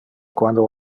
quando